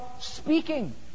speaking